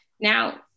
Now